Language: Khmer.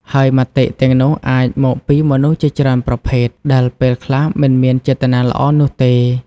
ហើយមតិទាំងនោះអាចមកពីមនុស្សជាច្រើនប្រភេទ ដែលពេលខ្លះមិនមានចេតនាល្អនោះទេ។